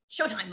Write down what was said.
showtime